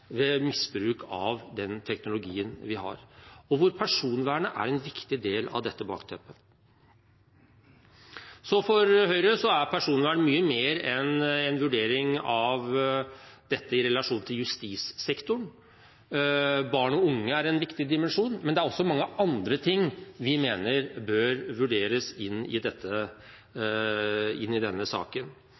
den teknologien vi har. Og personvernet er en viktig del av dette bakteppet. For Høyre er personvern mye mer enn en vurdering av dette i relasjon til justissektoren. Barn og unge er en viktig dimensjon, men det er også mye annet vi mener bør vurderes i